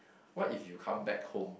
what if you come back home